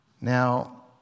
Now